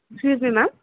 excuse me ma'am